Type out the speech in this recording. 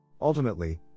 Ultimately